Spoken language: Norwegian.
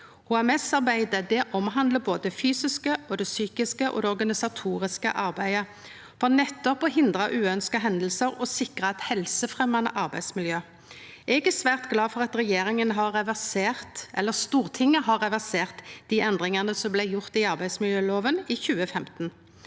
HMS-arbeidet omhandlar både det fysiske og psykiske og det organisatoriske arbeidet, for nettopp å hindra uønskte hendingar og sikra eit helsefremjande arbeidsmiljø. Eg er svært glad for at Stortinget har reversert dei endringane som blei gjorde i arbeidsmiljøloven i 2015.